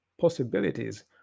possibilities